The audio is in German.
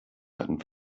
dann